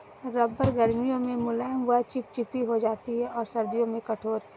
रबड़ गर्मियों में मुलायम व चिपचिपी हो जाती है और सर्दियों में कठोर